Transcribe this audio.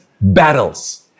battles